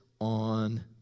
on